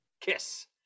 Kiss